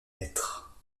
maître